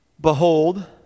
Behold